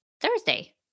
Thursday